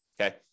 okay